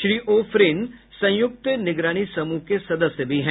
श्री ओ फ्रिन संयुक्त निगरानी समूह के सदस्य भी हैं